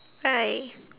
hi